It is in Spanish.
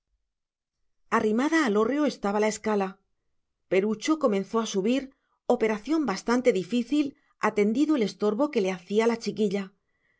arrimada al hórreo estaba la escala perucho comenzó a subir operación bastante difícil atendido el estorbo que le hacía la chiquilla